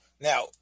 Now